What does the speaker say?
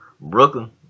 Brooklyn